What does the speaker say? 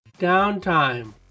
downtime